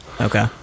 Okay